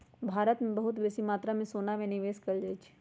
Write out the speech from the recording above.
भारत में बहुते बेशी मत्रा में सोना में निवेश कएल जाइ छइ